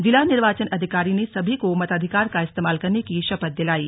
जिला निर्वाचन अधिकारी ने सभी को मताधिकार का इस्तेमाल करने की शपथ दिलायी